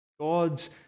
God's